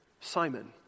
Simon